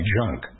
junk